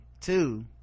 two